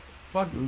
Fuck